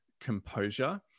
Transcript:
composure